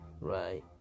right